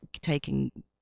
taking